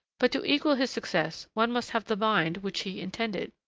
but to equal his success one must have the mind which he intended.